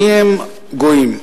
מיהם גויים?